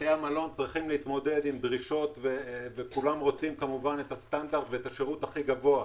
בתי המלון צריכים להתמודד עם דרישות וכולם רוצים את השירות הכי גבוה.